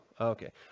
okay